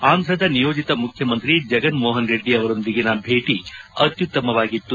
ಆಂಧ್ರದ ನಿಯೋಜಿತ ಮುಖ್ಯಮಂತ್ರಿ ಜಗನ್ ಮೋಪನ್ ರೆಡ್ಡಿ ಅವರೊಂದಿಗಿನ ಭೇಟಿ ಅತ್ಯುತ್ತಮವಾಗಿತ್ತು